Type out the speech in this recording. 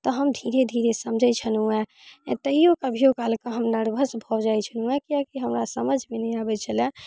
तऽ हम धीरे धीरे समझै छलौं हँ तहियो कभियो कालके हम नर्वस भऽ जाइ छलहुँ हँ कियाकि हमरा समझमे नहि आबै छलै